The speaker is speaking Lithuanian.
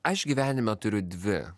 aš gyvenime turiu dvi